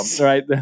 right